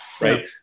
right